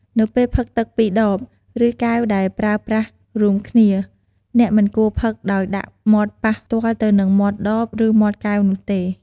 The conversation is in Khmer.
នៅពេលផឹកទឹកពីដប ឬកែវដែលប្រើប្រាស់រួមគ្នា អ្នកមិនគួរផឹកដោយដាក់មាត់ប៉ះផ្ទាល់ទៅនឹងមាត់ដប ឬមាត់កែវនោះទេ។